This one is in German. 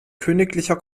königlicher